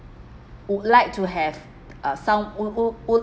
would like to have uh some would would would